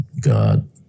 God